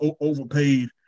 overpaid